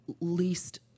least